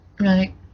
right